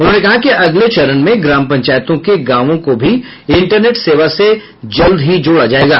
उन्होंने कहा कि अगले चरण में ग्राम पंचायतों को गांवों को भी इंटरनेट सेवा से जल्द ही जोड़ा जाएगा